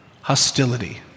hostility